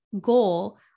goal